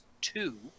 two